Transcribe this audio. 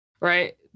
right